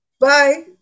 Bye